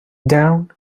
down